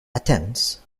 attempts